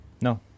No